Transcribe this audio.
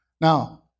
Now